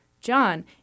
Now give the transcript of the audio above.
John